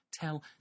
Tell